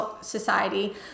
society